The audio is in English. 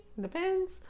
Depends